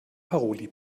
paroli